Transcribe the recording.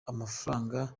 amafaranga